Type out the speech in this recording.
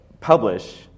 publish